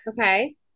Okay